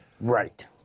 right